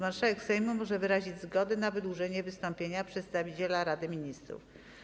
Marszałek Sejmu może wyrazić zgodę na wydłużenie wystąpienia przedstawiciela Rady Ministrów.